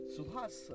Suhas